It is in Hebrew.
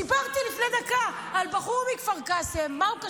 סיפרתי לפני דקה על בחור מכפר קאסם, מה הוא קשור,